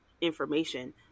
information